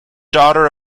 daughter